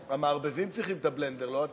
המערבבים צריכים את הבלנדר, לא אתה.